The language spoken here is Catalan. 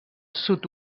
sud